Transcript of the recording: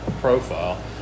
profile